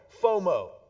FOMO